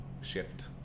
shift